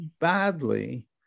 badly